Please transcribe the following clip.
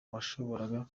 washoboraga